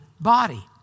body